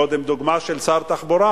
קודם דוגמה של שר התחבורה,